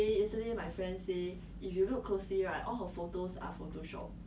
ya then 他都会每一张照片他都 zoom in 来看